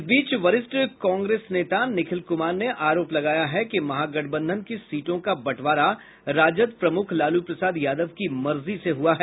इस बीच वरिष्ठ कांग्रेस नेता निखिल कुमार ने आरोप लगाया है कि महागठबंधन की सीटों का बंटवारा राजद प्रमुख लालू प्रसाद यादव की मर्जी से हुआ है